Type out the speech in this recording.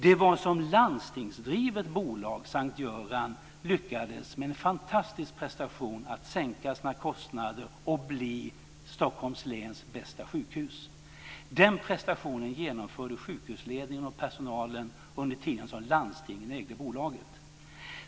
Det var som landstingsdrivet bolag S:t Göran lyckades med en fantastisk prestation att sänka sina kostnader och bli Stockholms läns bästa sjukhus. Den prestationen genomförde sjukhusledningen och personalen under tiden då landstinget ägde bolaget.